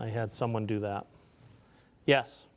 i had someone do that yes